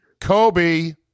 Kobe